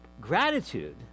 Gratitude